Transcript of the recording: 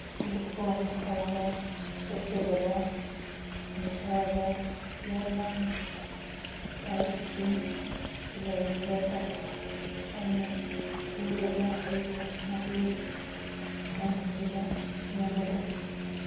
Stockholm ꯐꯥꯎꯕ ꯆꯠꯀꯗꯕ ꯃꯤꯁꯥꯕ ꯏꯌꯔꯂꯥꯏꯟꯁ ꯐ꯭ꯂꯥꯏꯠꯁꯤꯡ ꯂꯩꯔꯒꯗ꯭ꯔꯥ ꯍꯥꯏꯅ ꯊꯤꯕꯗ ꯑꯩꯕꯨ ꯃꯇꯦꯡ ꯄꯥꯡꯕꯤꯕ ꯌꯥꯒꯗ꯭ꯔꯥ